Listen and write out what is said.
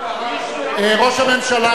ראש הממשלה מדבר.